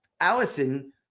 Allison